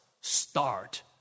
start